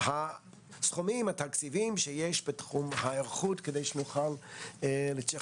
את הסכומים והתקציבים שיש בתחום ההיערכות כדי שהוא יוכל להתייחס.